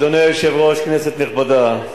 אדוני היושב-ראש, כנסת נכבדה,